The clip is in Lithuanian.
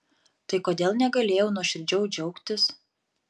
tai kodėl negalėjau nuoširdžiau džiaugtis